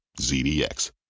ZDX